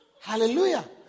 Hallelujah